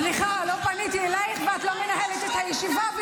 סליחה, לא פניתי אלייך, ואת לא מנהלת את הישיבה.